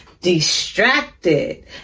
distracted